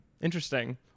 Interesting